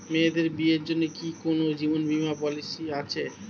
মেয়েদের বিয়ের জন্য কি কোন জীবন বিমা পলিছি আছে?